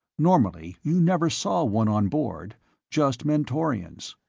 normally you never saw one on board just mentorians.